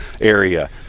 area